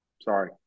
Sorry